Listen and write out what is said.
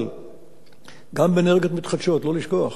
אבל גם באנרגיות מתחדשות, לא לשכוח: